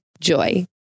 Joy